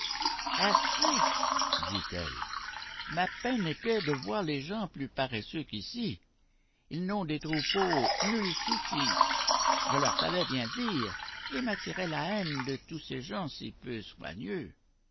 assez dit-elle mais ma peine était de voir les gens plus paresseux qu'ici ils n'ont des troupeaux nul souci je leur savais bien dire et m'attirais la haine de tous ces gens si peu soigneux